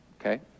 okay